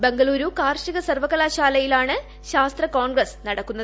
ബെംഗളുരു കാർഷിക സർവ്വകലാശാലയിലാണ് ശ്രീസ്ത്ര കോൺഗ്രസ്സ് നടക്കുന്നത്